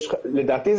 לדעתי,